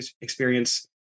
experience